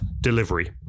delivery